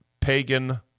pagan